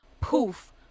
poof